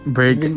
Break